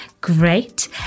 great